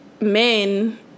men